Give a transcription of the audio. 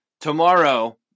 tomorrow